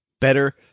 better